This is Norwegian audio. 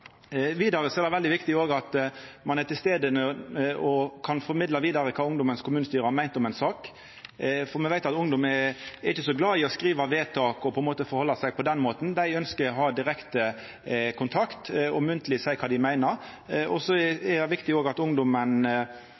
Vidare er det òg veldig viktig at ein er til stades og kan formidla vidare kva ungdommens kommunestyre har meint om ein sak, for me veit at ungdom ikkje er så glade i å skriva vedtak og forholda seg til lokaldemokratiet på den måten. Dei ønskjer å ha direkte kontakt og munnleg kunne seia kva dei meiner. Det er òg viktig at ungdommen får litt informasjon om korleis saksgangen er, og det handlar om at